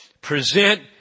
present